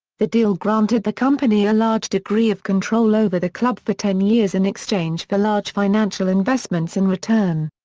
the deal granted the company a large degree of control over the club for ten years in exchange for large financial investments in return.